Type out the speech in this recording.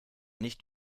nicht